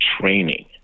training